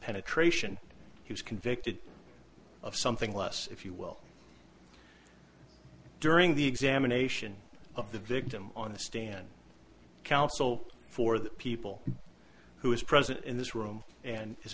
penetration he was convicted of something less if you will during the examination of the victim on the stand counsel for the people who is present in this room and is